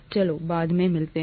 चलो बाद में मिलते हैं